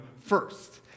first